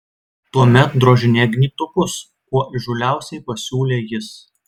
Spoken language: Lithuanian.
tuomet drožinėk gnybtukus kuo įžūliausiai pasiūlė jis